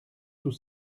tout